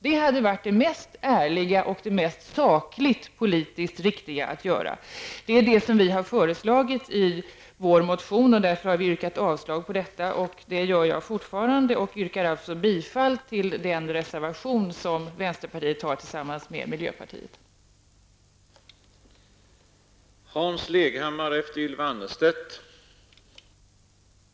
Det hade varit det ärligaste och det sakligt politiskt mest riktiga. Det är detta vi har föreslagit i vår motion, där vi yrkar avslag på propositionsförslaget, och därför yrkar jag bifall till den reservation som vänsterpartiet tillsammans med miljöpartiet har fogat till utskottets hemställan.